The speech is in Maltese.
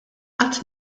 qatt